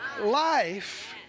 life